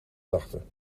dachten